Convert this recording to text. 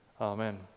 Amen